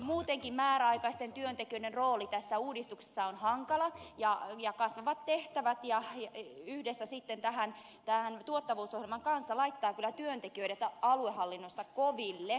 muutenkin määräaikaisten työntekijöiden rooli tässä uudistuksessa on hankala ja kasvavat tehtävät yhdessä tuottavuusohjelman kanssa laittavat kyllä työntekijät aluehallinnossa koville